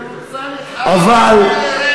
היא רוצה להתחרות עם מירי רגב, אתה לא מבין.